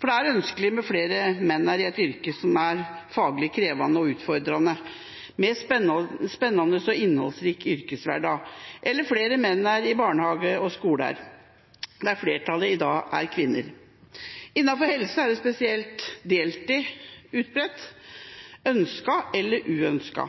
det. Det er ønskelig med flere menn i et yrke som er faglig krevende og utfordrende, med en spennende og innholdsrik yrkeshverdag, og flere menn i barnehager og skoler, hvor flertallet i dag er kvinner. Innenfor helse er deltid spesielt utbredt – ønsket eller uønsket.